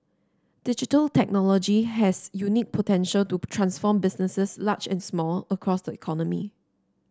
digital technology has unique potential to transform businesses large and small across the economy